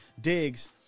Diggs